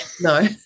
No